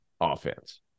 offense